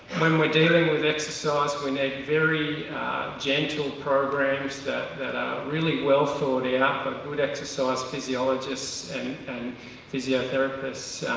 when we're dealing with exercise we need very gentle programs that that are really well thought and out but by exercise physiologists and and physiotherapists,